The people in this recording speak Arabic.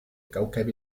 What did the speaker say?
كوكب